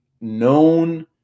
known